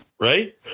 Right